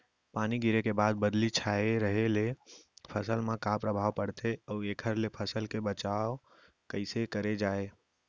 पानी गिरे के बाद बदली छाये रहे ले फसल मा का प्रभाव पड़थे अऊ एखर ले फसल के बचाव कइसे करे जाये?